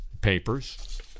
papers